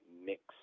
mix